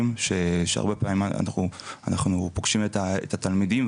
שהרבה פעמים אנחנו פוגשים את התלמידים,